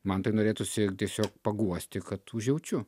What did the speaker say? man tai norėtųsi tiesiog paguosti kad užjaučiu